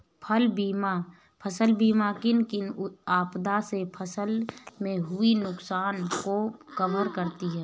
फसल बीमा किन किन आपदा से फसल में हुए नुकसान को कवर करती है